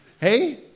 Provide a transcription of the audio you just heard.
hey